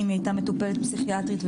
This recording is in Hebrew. היא הייתה מטופלת פסיכיאטרית,